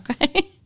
Okay